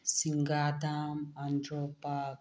ꯁꯤꯡꯗꯥ dam Andro park